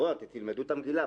בואו, תלמדו את המגילה.